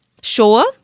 Sure